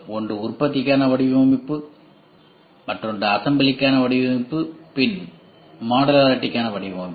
ஒன்று உற்பத்திக்கான வடிவமைப்பு அசம்பிளிக்கான வடிவமைப்பு மற்றும் மாடுலாரிடிகான வடிவமைப்பு